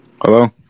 hello